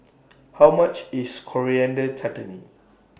How much IS Coriander Chutney